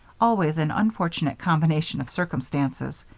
always an unfortunate combination of circumstances.